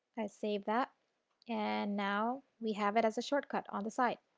save that and now we have it as a short cut on the site.